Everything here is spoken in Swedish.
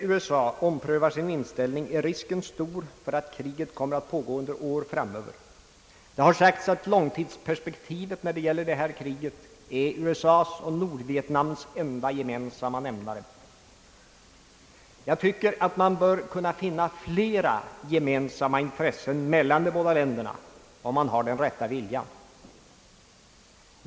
Omprövar inte USA sin inställning är risken stor för att kriget kommer att pågå under år framöver. Det har sagts, att långtidsperspektivet när det gäller detta krig är USA:s och Nordvietnams enda gemensamma nämnare, Jag tycker att man bör kunna finna flera gemensamma intressen mellan de båda länderna, om man har den rätta viljan.